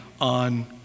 on